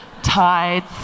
tides